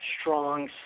strong